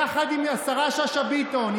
יחד עם השרה שאשא ביטון,